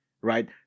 right